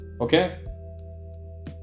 Okay